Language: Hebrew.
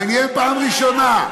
מעניין, פעם ראשונה.